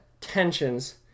tensions